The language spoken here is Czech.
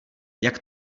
jak